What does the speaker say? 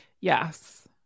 Yes